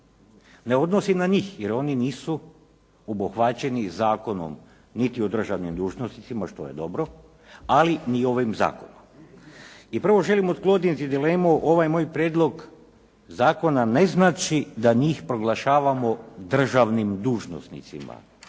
ne odnosi na njih jer oni nisu obuhvaćeni zakonom niti o državnim dužnosnicima što je dobro ali ni ovim zakonom. I prvo želim otkloniti dilemu. Ovaj moj prijedlog zakona ne znači da njih proglašavamo državnim dužnosnicima